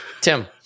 Tim